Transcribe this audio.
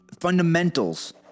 fundamentals